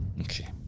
Okay